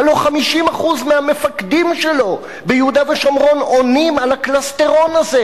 הלוא 50% מהמפקדים שלו ביהודה ושומרון עונים על הקלסתרון הזה.